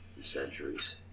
centuries